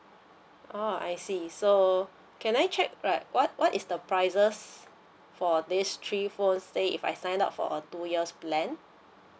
ah I see so can I check right what what is the prices for these three phones say if I sign up for a two years plan